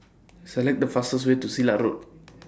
Select The fastest Way to Silat Road